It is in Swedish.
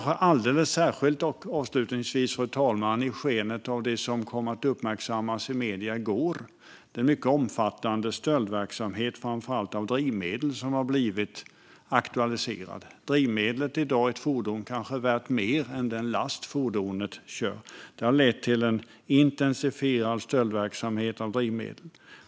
Detta gäller kanske alldeles särskilt i skenet av det som kom att uppmärksammas i medier i går, nämligen den mycket omfattande verksamhet gällande stöld av framför allt drivmedel som har blivit aktualiserad. Drivmedlet i ett fordon är i dag kanske värt mer än den last som fordonet kör. Det har lett till en intensifierad verksamhet när det gäller stöld av drivmedel.